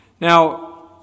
Now